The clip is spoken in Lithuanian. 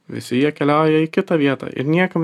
visi jie keliauja į kitą vietą ir niekam